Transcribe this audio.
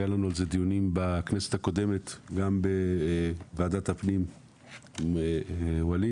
היו לנו על כך דיונים בכנסת הקודמת גם בוועדת הפנים עם ווליד,